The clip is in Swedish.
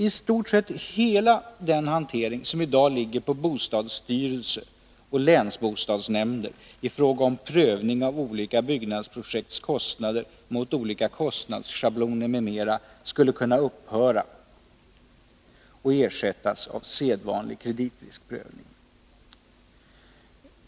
I stort sett hela den hantering som i dag ligger på bostadsstyrelse och länsbostadsnämnder i fråga om prövning av olika byggnadsprojekts kostnader mot olika kostnadsschabloner m.m. skulle kunna upphöra och ersättas av sedvanlig kreditriskprövning.